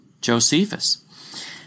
Josephus